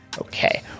Okay